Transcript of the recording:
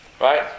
right